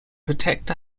protect